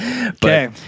okay